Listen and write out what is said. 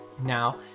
Now